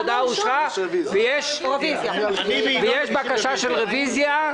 יש בקשה של רוויזיה.